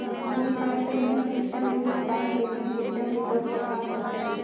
unified payment system real time payment system के तौर पर काम करता है